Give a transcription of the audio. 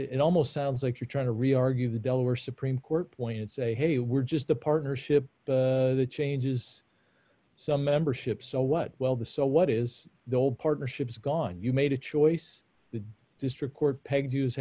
it almost sounds like you're trying to re argue the delaware supreme court point and say hey we're just the partnership the changes so membership so what well the so what is the old partnerships gone you made a choice the district court pegged us